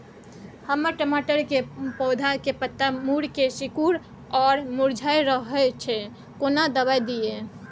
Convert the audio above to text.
हमर टमाटर के पौधा के पत्ता मुड़के सिकुर आर मुरझाय रहै छै, कोन दबाय दिये?